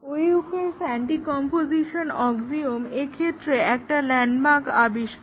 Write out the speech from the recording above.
ওয়্যুকার্স anticomposition axiom এক্ষেত্রে একটা landmark আবিষ্কার